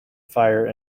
fire